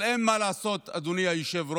אבל אין מה לעשות, אדוני היושב-ראש,